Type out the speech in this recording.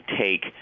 take